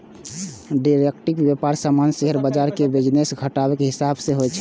derivative व्यापार सामान्यतः share बाजार के बिजनेस घंटाक हिसाब सं होइ छै